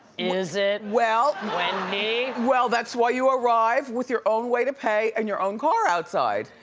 is it? well. wendy. well, that's why you arrive with your own way to pay and your own car outside.